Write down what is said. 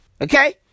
Okay